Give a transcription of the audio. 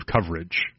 coverage